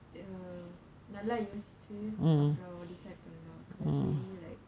uh நல்ல யோசிச்சு அப்புறம்:nallaa yosichu appuram decide பண்ணனும்:pannanum because really like